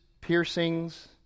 piercings